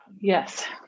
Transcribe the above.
Yes